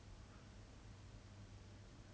as much as like you want that privacy like